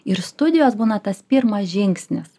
ir studijos būna tas pirmas žingsnis